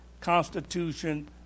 constitution